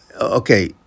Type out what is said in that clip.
okay